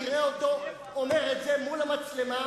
תראה אותו אומר את זה מול המצלמה.